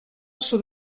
sud